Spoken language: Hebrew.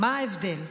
מה ההבדל?